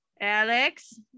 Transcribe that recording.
Alex